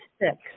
six